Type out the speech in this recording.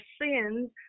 sins